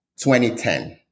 2010